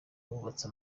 bubatse